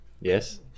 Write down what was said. yes